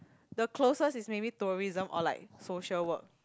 the closest is maybe tourism or like social work